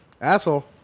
Asshole